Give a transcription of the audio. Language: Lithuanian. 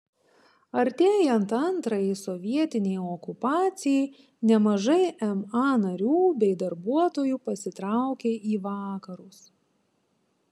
artėjant antrajai sovietinei okupacijai nemažai ma narių bei darbuotojų pasitraukė į vakarus